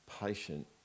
patient